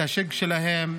את השיג שלהם,